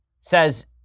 Says